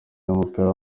w’umupira